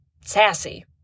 sassy